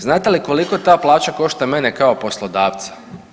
Znate li kolika ta plaća košta mene kao poslodavca?